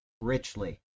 richly